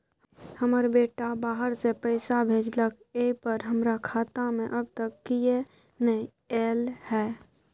हमर बेटा बाहर से पैसा भेजलक एय पर हमरा खाता में अब तक किये नाय ऐल है?